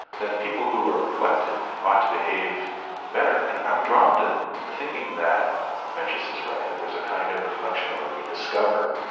then people who are reflective ought to behave better, and i'm drawn to to thinking that mencius is right, that there's a kind of reflection where we can discover